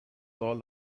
all